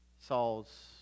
Saul's